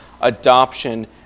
adoption